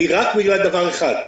היא רק בגלל דבר אחד: